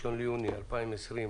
1 ביוני 2020,